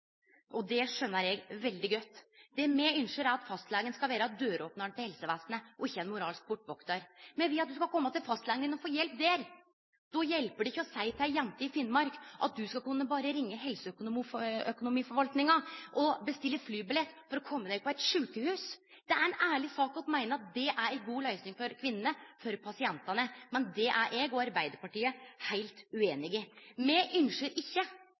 eg veldig godt at dei er. Det me ønskjer, er at fastlegen skal vere døropnar til helsevesenet og ikkje ein moralsk portvaktar. Me vil at ein skal kome til fastlegen sin og få hjelp der, da hjelper det ikkje å seie til ei jente i Finnmark at ho berre skal ringje helseøkonomiforvaltinga og bestille flybillett for å kome seg på eit sjukehus. Det er ei ærleg sak å meine at det er ei god løysing for kvinnene, for pasientane, men det er eg og Arbeidarpartiet heilt ueinige i. Me ønskjer ikkje